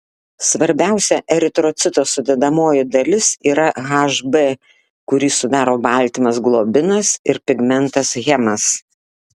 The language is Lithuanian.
svarbiausia eritrocito sudedamoji dalis yra hb kurį sudaro baltymas globinas ir pigmentas hemas